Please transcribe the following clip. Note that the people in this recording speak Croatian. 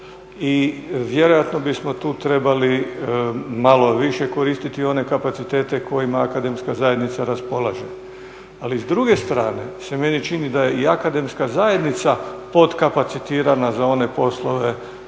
i vjerojatno bismo tu trebali malo više koristiti one kapacitete kojima akademska zajednica raspolaže. Ali s druge strane se meni čini da je i akademska zajednica potkapacitirana za one poslove